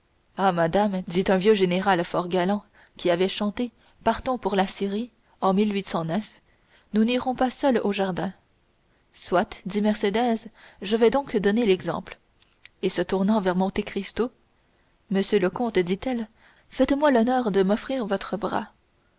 ah madame dit un vieux général fort galant qui avait chanté partons pour la syrie en nous n'irons pas seuls au jardin soit dit mercédès je vais donc donner l'exemple et se retournant vers monte cristo monsieur le comte dit-elle faites-moi l'honneur de m'offrir votre bras